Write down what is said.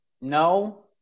No